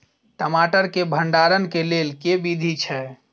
टमाटर केँ भण्डारण केँ लेल केँ विधि छैय?